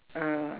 uh